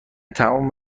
تموم